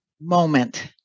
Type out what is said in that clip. moment